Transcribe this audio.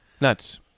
Nuts